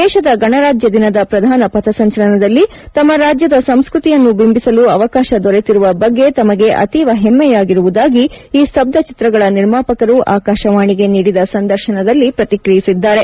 ದೇಶದ ಗಣರಾಜ್ಯ ದಿನದ ಪ್ರಧಾನ ಪಥಸಂಚಲನದಲ್ಲಿ ತಮ್ಮ ರಾಜ್ಯದ ಸಂಸ್ಕೃತಿಯನ್ನು ಬಿಂಬಿಸಲು ಅವಕಾಶ ದೊರೆತಿರುವ ಬಗ್ಗೆ ತಮಗೆ ಅತೀವ ಹೆಮ್ಮೆಯಾಗಿರುವುದಾಗಿ ಈ ಸ್ತಬ್ದ ಚಿತ್ರಗಳ ನಿರ್ಮಾಪಕರು ಆಕಾಶವಾಣಿಗೆ ನೀಡಿದ ಸಂದರ್ಶನದಲ್ಲಿ ಪ್ರತಿಕ್ರಿಯಿಸಿದ್ದಾರೆ